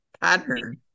pattern